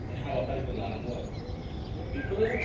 माने हाबाफारिफोर लानांगौ आरो बेफोरो